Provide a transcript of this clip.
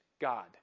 God